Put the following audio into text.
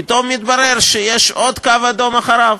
פתאום מתברר שיש עוד קו אדום אחריו.